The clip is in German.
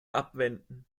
abwenden